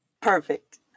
Perfect